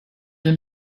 veux